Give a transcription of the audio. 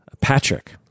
Patrick